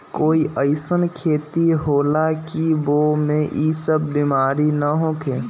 कोई अईसन खेती होला की वो में ई सब बीमारी न होखे?